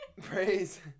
praise